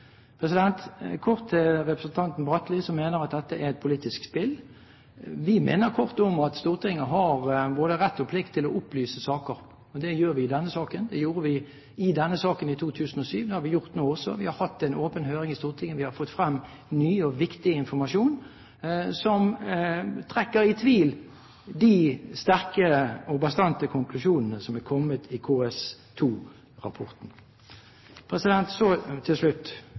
Kort til representanten Bratli, som mener at dette er et politisk spill. Vi minner kort om at Stortinget har både rett og plikt til å opplyse saker. Det gjør vi i denne saken. Vi gjorde det i denne saken i 2007, og det har vi også gjort nå. Vi har hatt en åpen høring i Stortinget. Vi har fått frem ny og viktig informasjon som trekker i tvil de sterke og bastante konklusjonene som er kommet i KS2-rapporten. Så til slutt